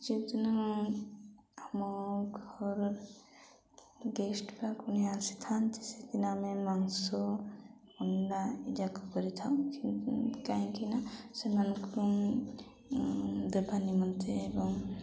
ଯେଉଁଦିନ ଆମ ଘର ଗେଷ୍ଟ ବା କୁଣିଆ ଆସିଥାନ୍ତି ସେଦିନ ଆମେ ମାଂସ ଅଣ୍ଡା ଏଇ ଯାକ କରିଥାଉ କାହିଁକିନା ସେମାନଙ୍କୁ ଦେବା ନିମନ୍ତେ ଏବଂ